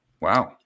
wow